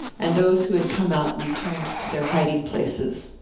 and those who had come out returned to their hiding-places.